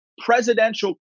presidential